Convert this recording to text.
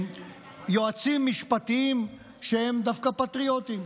ויועצים משפטיים שהם דווקא פטריוטים,